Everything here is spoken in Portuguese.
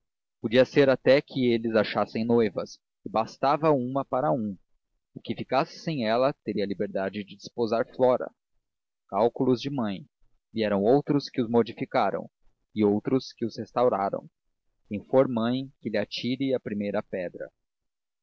podia ser até que eles achassem noivas e bastava uma para um o que ficasse sem ela teria a liberdade de desposar flora cálculos de mãe vieram outros que os modificaram e outros que os restauraram quem for mãe que lhe atire a primeira pedra